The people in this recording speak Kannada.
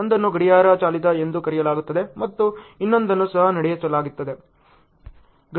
ಒಂದನ್ನು ಗಡಿಯಾರ ಚಾಲಿತ ಎಂದು ಕರೆಯಲಾಗುತ್ತದೆ ಮತ್ತು ಇನ್ನೊಂದನ್ನು ಸಹ ನಡೆಸಲಾಗುತ್ತದೆ